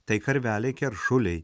tai karveliai keršuliai